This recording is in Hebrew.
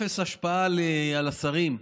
אפס השפעה על השרים.